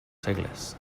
segles